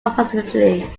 approximately